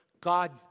God